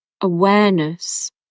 awareness